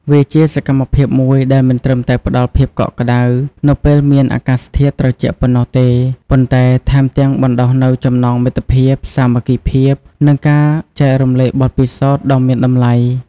វាជាសកម្មភាពមួយដែលមិនត្រឹមតែផ្ដល់ភាពកក់ក្ដៅ នៅពេលមានអាកាសធាតុត្រជាក់ប៉ុណ្ណោះទេ ប៉ុន្តែថែមទាំងបណ្ដុះនូវចំណងមិត្តភាព សាមគ្គីភាព និងការចែករំលែកបទពិសោធន៍ដ៏មានតម្លៃ។